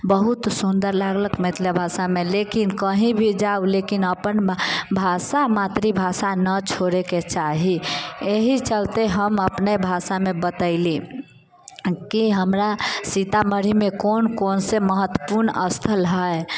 बहुत सुन्दर लागलक मिथिला भाषामे लेकिन कही भी जाउ लेकिन अपन भाषा मातृभाषा नहि छोड़ैके चाही एहि चलते हम अपने भाषामे बतैली कि हमरा सीतामढ़ीमे कोन कोन से महत्वपूर्ण स्थल अछि